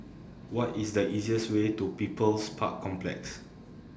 What IS The easiest Way to People's Park Complex